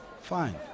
Fine